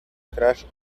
crush